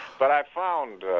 but i found,